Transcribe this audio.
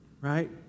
Right